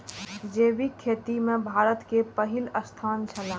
जैविक खेती में भारत के पहिल स्थान छला